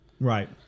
Right